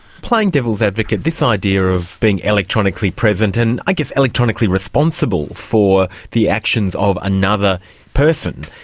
playing devil's advocate, this idea of being electronically present and i guess electronically responsible for the actions of another person,